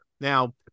Now